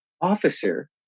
officer